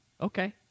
Okay